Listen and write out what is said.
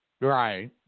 Right